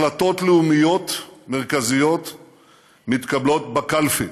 החלטות לאומיות מרכזיות מתקבלות בקלפי